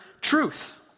truth